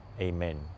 Amen